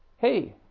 Hey